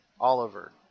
Oliver